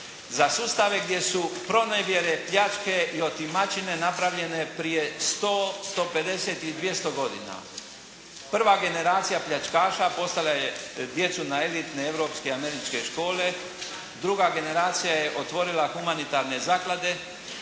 za sustave gdje su pronevjere, pljačke i otimačine napravljene prije 100, 150 i 200 godina. Prva generacija pljačkaša poslala je djecu na elitne europske američke škole. Druga generacija je otvorila humanitarne zaklade.